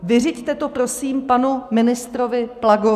Vyřiďte to, prosím, panu ministrovi Plagovi.